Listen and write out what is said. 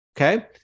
Okay